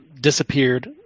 disappeared